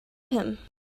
him